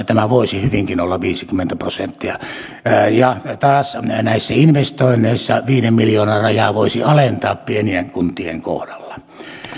tämä voisi hyvinkin olla viisikymmentä prosenttia ja taas näissä investoinneissa viiden miljoonan rajaa voisi alentaa pienien kuntien kohdalla